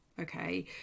Okay